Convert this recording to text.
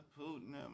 Putin